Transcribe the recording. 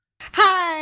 Hi